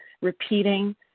repeating